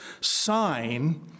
sign